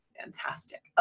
fantastic